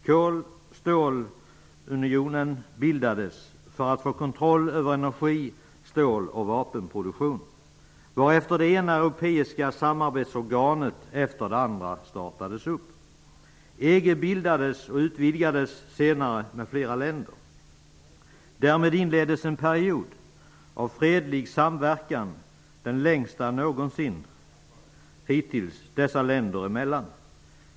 Kol och stålunionen bildades för att man skulle få kontroll över energi-, stål och vapenproduktion, varefter det ena europeiska samarbetsorganet efter det andra startades upp. EG bildades, och utvidgades senare med flera länder. Därmed inleddes en period av fredlig samverkan -- den längsta någonsin hittills dessa länder emellan.